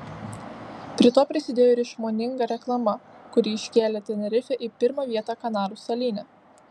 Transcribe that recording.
prie to prisidėjo ir išmoninga reklama kuri iškėlė tenerifę į pirmą vietą kanarų salyne